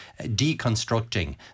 deconstructing